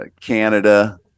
Canada